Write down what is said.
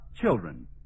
children